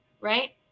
right